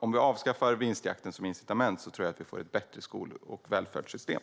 Om vi avskaffar vinstjakten som incitament tror jag att vi får ett bättre skol och välfärdssystem.